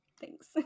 Thanks